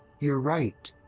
you're right,